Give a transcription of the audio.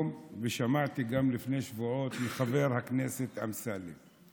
ששמעתי היום ושמעתי גם לפני שבועות מחבר הכנסת אמסלם.